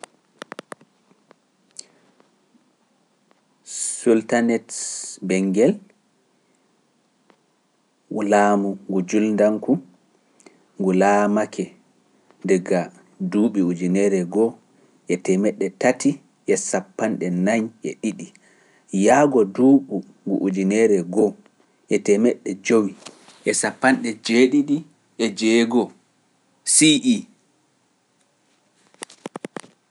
Sultanate Benngel nguu laamu ngu juuldamku ngu laamaake daga duuɓi ujineere go'o teemeɗɗe tati e sappanɗe nayi e ɗiɗi, yahgo nduuɓu ngu ujineere go'o e teemeɗɗe jowi e sappanɗe joweeɗiɗi e joweego'o CE.